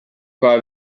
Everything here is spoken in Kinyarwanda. kwa